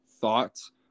thoughts